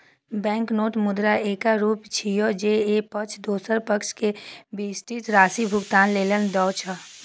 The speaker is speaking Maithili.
बैंकनोट मुद्राक एकटा रूप छियै, जे एक पक्ष दोसर पक्ष कें विशिष्ट राशि भुगतान लेल दै छै